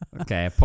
Okay